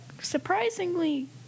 surprisingly